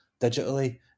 digitally